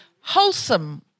wholesome